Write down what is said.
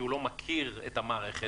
כי הוא לא מכיר את המערכת,